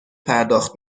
پرداخت